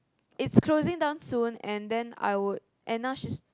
its closing down soon and then I would and now she's